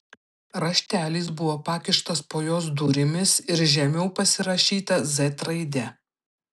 raštelis buvo pakištas po jos durimis ir žemiau pasirašyta z raide